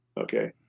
Okay